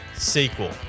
Sequel